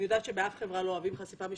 אני יודעת שבאף חברה לא אוהבים חשיפה משפטית,